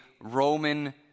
Roman